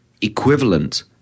equivalent